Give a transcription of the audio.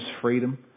freedom